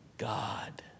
God